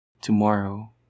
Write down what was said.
Tomorrow